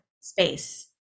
space